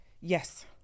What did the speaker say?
Yes